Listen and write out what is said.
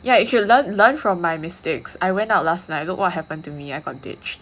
ya you should learn learn from my mistakes I went out last night look what happened to me I got ditch